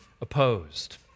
opposed